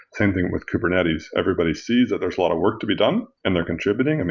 same thing with kubernetes, everybody sees that there's a lot of work to be done and they're contributing. and